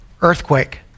Earthquake